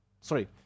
Sorry